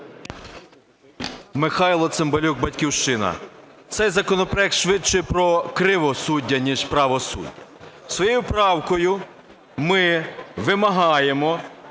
Михайло Цимбалюк, "Батьківщина". Цей законопроект, швидше, про кривосуддя, ніж правосуддя. Своєю правкою ми вимагаємо